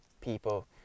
people